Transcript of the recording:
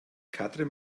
katrin